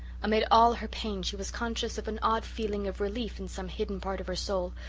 amid all her pain she was conscious of an odd feeling of relief in some hidden part of her soul,